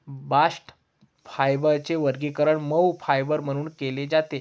bast फायबरचे वर्गीकरण मऊ फायबर म्हणून केले जाते